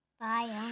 Bye